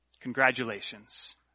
Congratulations